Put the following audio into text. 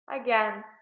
Again